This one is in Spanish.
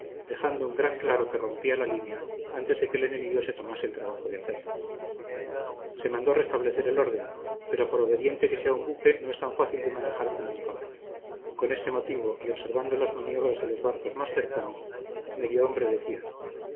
dejando un gran claro que rompía la línea antes de que el enemigo se tomase el trabajo de hacerlo se mandó restablecer el orden pero por obediente que sea un buque no es tan fácil de manejar como un caballo con este motivo y observando las maniobras de los barcos más cercanos medio hombre decía